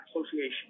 Association